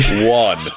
one